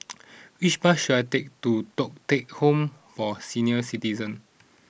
which bus should I take to Thong Teck Home for Senior Citizens